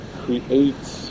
creates